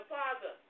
father